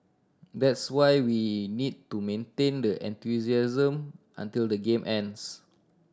that's why we need to maintain the enthusiasm until the game ends